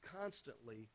constantly